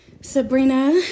Sabrina